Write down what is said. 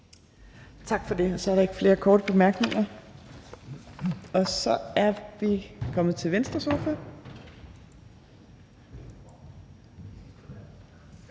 Tak for det. Så er der ikke flere korte bemærkninger. Så er vi kommet til Venstres